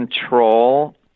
control